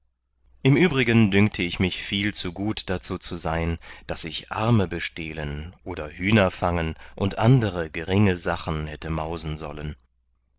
im übrigen dünkte ich mich viel zu gut darzu sein daß ich die arme bestehlen oder hühner fangen und andere geringe sachen hätte mausen sollen